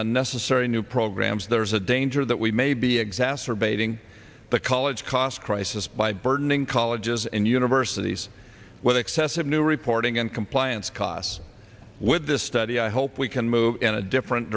unnecessary new programs there is a danger that we may be exacerbating the college cost crisis by burdening colleges and universities with excessive new reporting and compliance costs with this study i hope we can move in a different